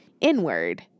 inward